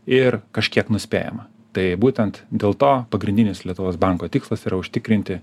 ir kažkiek nuspėjama tai būtent dėl to pagrindinis lietuvos banko tikslas yra užtikrinti